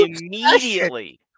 Immediately